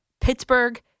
Pittsburgh